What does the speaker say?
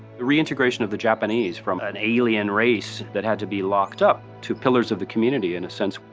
the reintegration of the japanese from an alien race that had to be locked up, to pillars of the community, in a sense,